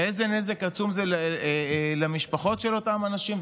איזה נזק עצום זה למשפחות של אותם אנשים,